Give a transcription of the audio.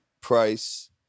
price